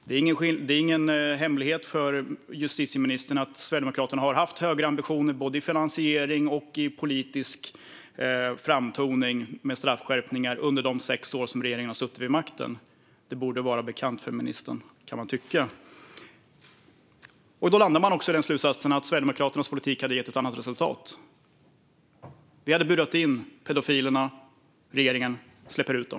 Det är ingen hemlighet för justitieministern att Sverigedemokraterna har haft högre ambitioner för både finansiering och politisk framtoning när det gäller straffskärpningar under de sex år som regeringen har suttit vid makten. Detta borde vara bekant för ministern, kan man tycka. Då landar man i slutsatsen att Sverigedemokraternas politik hade gett ett annat resultat. Vi hade burat in pedofilerna; regeringen släpper ut dem.